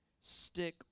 stick